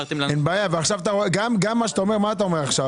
גם מה שאתה אומר, מה אתה אומר עכשיו?